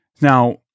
Now